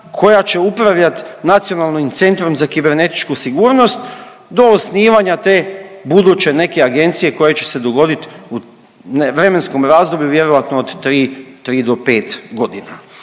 koja će upravljat Nacionalnim centrom za kibernetičku sigurnost do osnivanja te buduće neke agencije koja će se dogodit u vremenskom razdoblju vjerojatno od 3, 3 do 5.g..